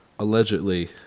Allegedly